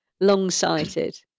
long-sighted